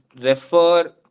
refer